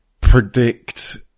predict